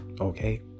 Okay